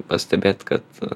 pastebėt kad